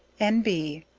n b.